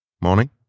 Morning